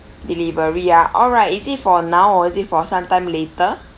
delivery ah alright is it for now or is it for some time later